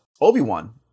Obi-Wan